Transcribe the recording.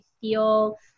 feel